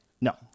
No